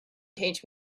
teach